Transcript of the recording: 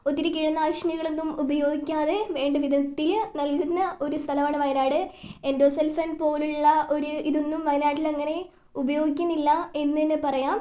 ഒത്തിരി കീടനാശിനികളൊന്നും ഉപയോഗിക്കാതെ വേണ്ടവിധത്തില് നൽകുന്ന ഒരു സ്ഥലമാണ് വയനാട് എൻഡോസൾഫാൻ പോലുള്ള ഒരിതൊന്നും വായനാട്ടിലെങ്ങനെ ഉപയോഗിക്കുന്നില്ല എന്ന് തന്നെ പറയാം